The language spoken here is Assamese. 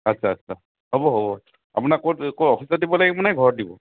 আচ্ছা আচ্ছা হ'ব হ'ব আপোনাক ক'ত ক'ত অফিচত দিব লাগিব নে ঘৰত দিব